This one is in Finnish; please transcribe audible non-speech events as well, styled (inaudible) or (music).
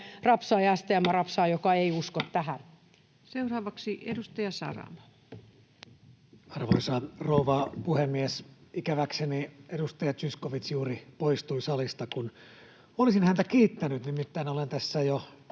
rapsaa, (noise) jotka eivät usko tähän. Seuraavaksi edustaja Saramo. Arvoisa rouva puhemies! Ikäväkseni edustaja Zyskowicz juuri poistui salista, kun olisin häntä kiittänyt. Olen nimittäin tässä jo